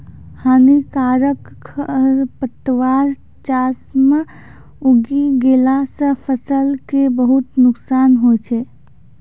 हानिकारक खरपतवार चास मॅ उगी गेला सा फसल कॅ बहुत नुकसान होय छै